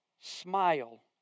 smile